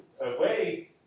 away